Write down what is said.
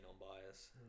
non-biased